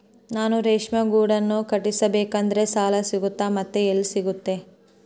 ನಾನು ರೇಷ್ಮೆ ಗೂಡನ್ನು ಕಟ್ಟಿಸ್ಬೇಕಂದ್ರೆ ಸಾಲ ಸಿಗುತ್ತಾ ಮತ್ತೆ ಎಲ್ಲಿ ಸಿಗುತ್ತೆ?